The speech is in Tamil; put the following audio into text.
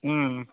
ம்ம்